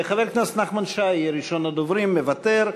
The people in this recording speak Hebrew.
חבר הכנסת נחמן שי יהיה ראשון הדוברים, מוותר.